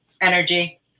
energy